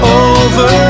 over